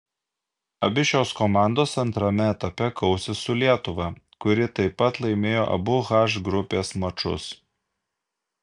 abi šios komandos antrame etape kausis su lietuva kuri taip pat laimėjo abu h grupės mačus